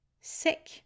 sick